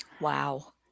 Wow